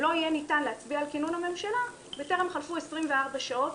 שלא יהיה ניתן להצביע על כינון הממשלה בטרם חלפו 24 שעות